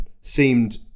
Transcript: seemed